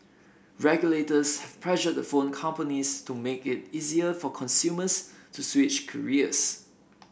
regulators have pressured the phone companies to make it easier for consumers to switch carriers